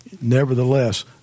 Nevertheless